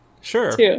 Sure